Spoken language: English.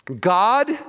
God